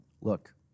Look